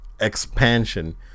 expansion